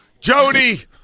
Jody